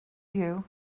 you